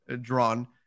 drawn